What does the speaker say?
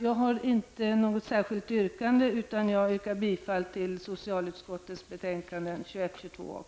Jag har inte något särskilt yrkande, utan jag yrkar bifall till hemställan i socialförsäkringsutskottets betänkanden 21, 22 och